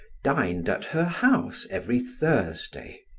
dined at her house every thursday,